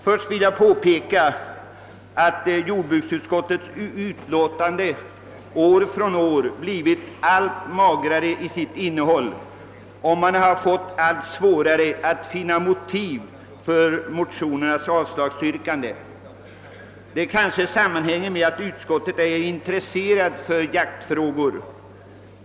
Först vill jag påpeka att jordbruksutskottets utlåtande i denna fråga år från år har blivit allt magrare till sitt innehåll, och utskottet har fått allt svårare att finna motiv för avslag på de väckta motionerna. Detta sammanhänger kanske med att man i utskottet inte är intresserad av jaktfrågor.